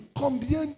Combien